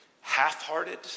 half-hearted